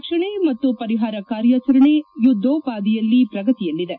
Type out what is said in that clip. ರಕ್ಷಣೆ ಮತ್ತು ಪರಿಹಾರ ಕಾರ್ಕಾಚರಣೆ ಯುದ್ದೋಪಾದಿಯಲ್ಲಿ ಪ್ರಗತಿಯಲ್ಲಿದೆ